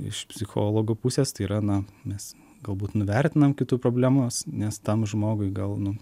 iš psichologų pusės tai yra na mes galbūt nuvertinam kitų problemas nes tam žmogui gal nu